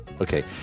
Okay